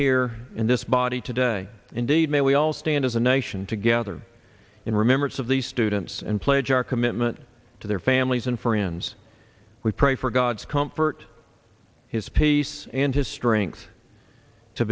here in this body today indeed may we all stand as a nation together in remember its of the students and pledge our commitment to their families and friends we pray for god's comfort his peace and his strength to